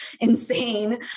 insane